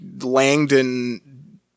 Langdon